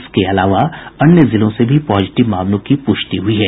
इसके अलावा अन्य जिलों से भी पॉजिटिव मामलों की पुष्टि हुई है